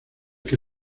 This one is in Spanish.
que